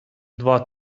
два